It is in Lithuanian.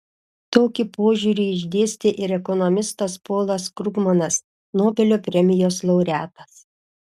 tokį požiūrį išdėstė ir ekonomistas polas krugmanas nobelio premijos laureatas